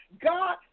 God